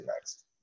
next